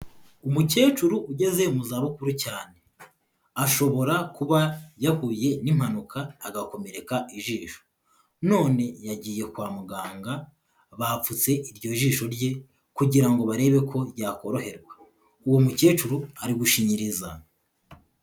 Umukecuru ugeze mu zabukuru cyane, ashobora kuba yahuye n'impanuka agakomereka ijisho, none yagiye kwa muganga bapfutse iryo jisho rye kugira ngo barebe ko yakoroherwa, uwo mukecuru ari gushinyiriza.